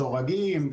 סורגים,